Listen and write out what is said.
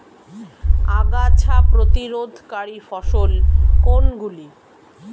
আগাছা প্রতিরোধকারী ফসল কোনগুলি?